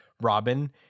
Robin